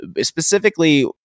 Specifically